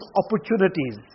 opportunities